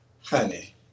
honey